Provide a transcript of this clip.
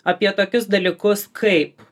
apie tokius dalykus kaip